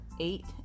Eight